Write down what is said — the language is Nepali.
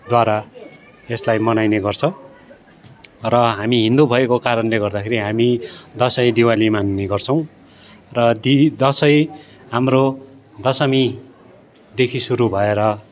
द्वारा यसलाई मनाइने गर्छ र हामी हिन्दू भएको कारणले हामी दसैँ दिवाली मान्ने गर्छौँ र ती दसैँ हाम्रो दशमीदेखि सुरु भएर